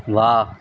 ਵਾਹ